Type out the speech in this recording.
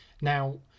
Now